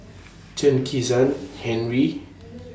Chen Kezhan Henri